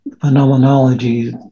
Phenomenology